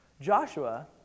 Joshua